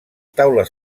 taules